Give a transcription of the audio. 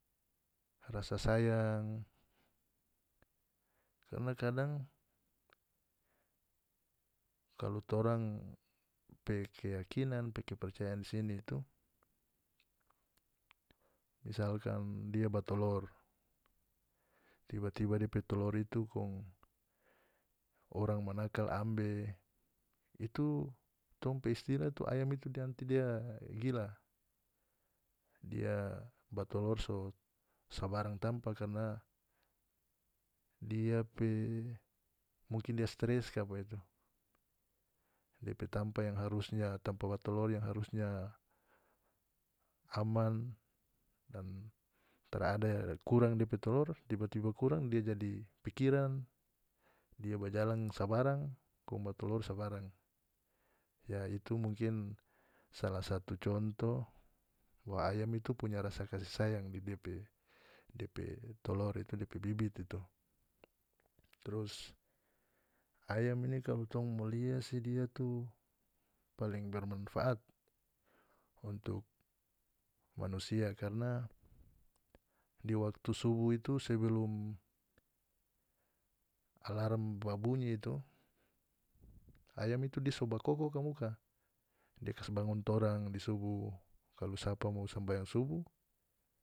Rasa sayang karna kadang kalu torang pe keyakinan pe kepercayaan sini tuh misalkan dia ba tolor tiba-tiba depe tolor itu kong orang manakal ambe itu tong pe istilah itu ayam itu dia nanti dia gila dia ba tolor so sabarang tampa karna dia pe mungkin dia stres kapa itu depe tampa yang harusnya tampa ba tolor yang harusnya aman dan tarada kurang depe tolor tiba-tiba kurang dia jadi pikiran dia bajalang sabarang kong ba tolor sabarang ya itu mungkin salah satu contoh bahwa ayam itu punya rasa kasih sayang di bebe depe tolor itu depe bibit itu trus ayam ini kalu tong mo lia si dia tuh paling bermanfaat untuk manusia karna di waktu subuh itu sebelum alarm ba bunyi tuh ayam itu dia so ba koko kamuka dia kas bangun torang di subuh kalu sapa mo sambayang subuh.